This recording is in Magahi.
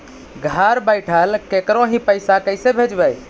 घर बैठल केकरो ही पैसा कैसे भेजबइ?